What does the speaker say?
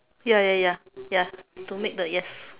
ya ya ya ya to make the yes